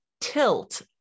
tilt